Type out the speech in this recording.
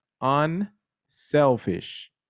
unselfish